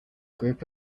group